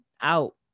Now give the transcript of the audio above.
out